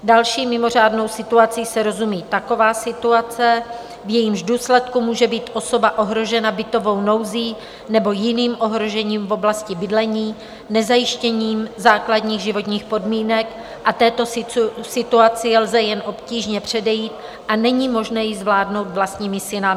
Další mimořádnou situací se rozumí taková situace, v jejímž důsledku může být osoba ohrožena bytovou nouzí nebo jiným ohrožením v oblasti bydlení, nezajištěním základních životních podmínek, této situaci lze jen obtížně předejít a není možné ji zvládnout vlastními silami.